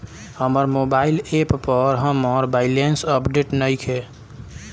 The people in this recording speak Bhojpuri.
हमर मोबाइल ऐप पर हमर बैलेंस अपडेट नइखे